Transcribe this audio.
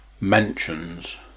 mentions